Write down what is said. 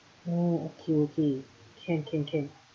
oh okay okay can can can